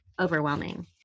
overwhelming